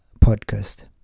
podcast